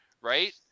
right